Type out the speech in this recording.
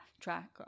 track